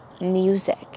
music